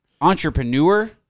entrepreneur